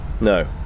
No